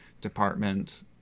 department